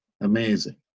amazing